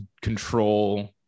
control